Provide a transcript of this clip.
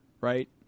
right